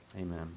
amen